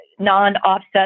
Non-offset